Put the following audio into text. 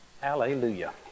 Hallelujah